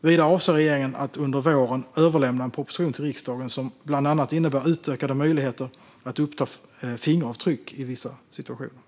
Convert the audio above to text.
Vidare avser regeringen att under våren överlämna en proposition till riksdagen som bland annat innebär utökade möjligheter att uppta fingeravtryck i vissa situationer.